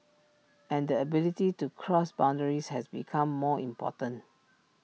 and the ability to cross boundaries has become more important